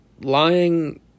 lying